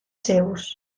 seus